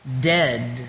dead